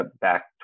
back